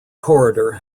corridor